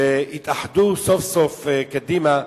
והתאחדו סוף-סוף קדימה,